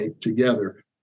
together